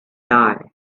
die